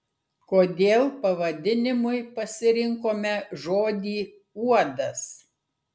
kodėl pavadinimui pasirinkome žodį uodas